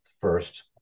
FIRST